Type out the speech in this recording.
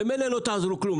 ממילא לא תעזרו כלום,